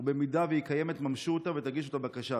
ואם היא קיימת, ממשו אותה והגישו את הבקשה.